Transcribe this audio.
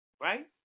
right